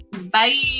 Bye